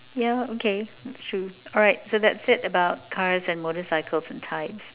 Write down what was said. yeah okay that's true all right so that's it about cars and motorcycles and types